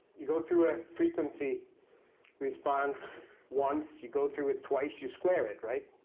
you go through a frequency response once, you go through it twice. you square it, right?